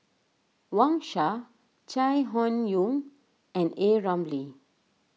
Wang Sha Chai Hon Yoong and A Ramli